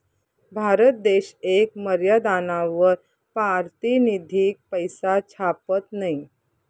भारत देश येक मर्यादानावर पारतिनिधिक पैसा छापत नयी